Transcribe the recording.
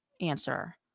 answer